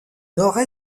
nord